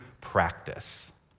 practice